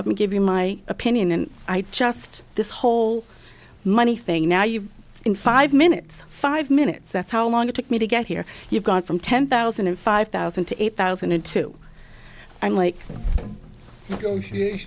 up and give you my opinion and i just this whole money thing now you in five minutes five minutes that's how long it took me to get here you've gone from ten thousand and five thousand to eight thousand and two i'm like